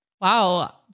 Wow